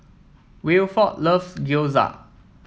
Wilford loves Gyoza